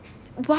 ya